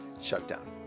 shutdown